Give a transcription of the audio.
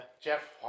Jeff